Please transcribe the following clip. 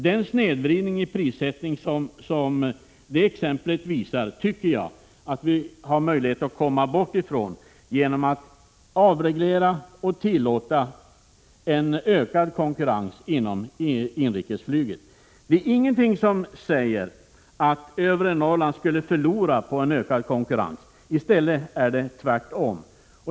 Den snedvridning i prissättningen som det exemplet visar på har vi möjlighet att rätta till genom att avreglera och tillåta ökad konkurrens inom inrikesflyget. Det är ingenting som säger att övre Norrland skulle förlora på en ökad konkurrens —i stället är det tvärtom.